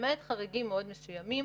למעט חריגים מאוד מסוימים,